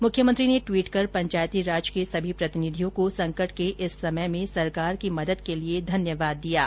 मुख्यमंत्री ने टवीट कर पंचायतीराज के सभी प्रतिनिधियों को संकट के इस समय में सरकार की मदद के लिए धन्यवाद दिया है